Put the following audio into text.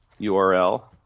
URL